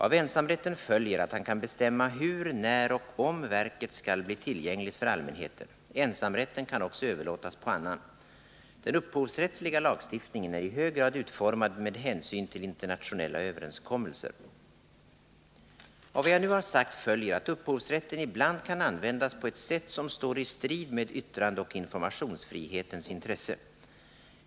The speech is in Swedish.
Av ensamrätten följer att han kan bestämma hur, när och om verket skall bli tillgängligt för allmänheten. Ensamrätten kan också överlåtas på annan. Den upphovsrättsliga lagstiftningen är i hög grad utformad med hänsyn till internationella överenskommelser. Av vad jag nu har sagt följer att upphovsrätten ibland kan användas på ett sätt som står i strid med yttrandeoch informationsfrihetens intresse.